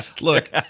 Look